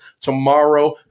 tomorrow